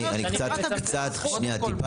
אני קצת התבלבלתי,